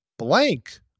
Blank